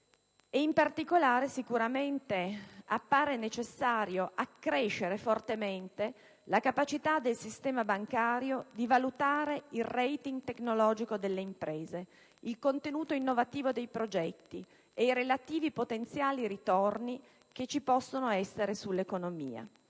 In particolare, appare necessario accrescere fortemente la capacità del sistema bancario di valutare il *rating* tecnologico delle imprese, il contenuto innovativo dei progetti e i relativi potenziali ritorni sull'economia.